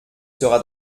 sera